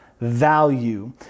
value